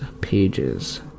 pages